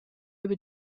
über